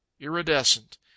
iridescent